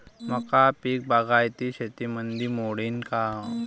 मका पीक बागायती शेतीमंदी मोडीन का?